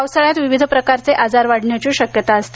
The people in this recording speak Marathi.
पावसाळ्यात विविध प्रकारचे आजार वाढण्याची शक्यता असते